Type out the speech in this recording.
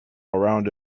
around